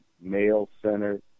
male-centered